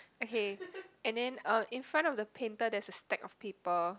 okay and then uh in front of the painter there's a stack of paper